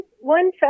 one